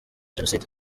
jenoside